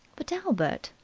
but, albert,